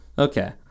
Okay